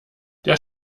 der